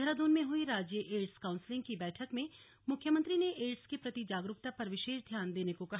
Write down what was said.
देहरादून में हई राज्य एड्स काउन्सिल की बैठक में मुख्यमंत्री ने एड्स के प्रति जागरूकता पर विशेष ध्यान देने को कहा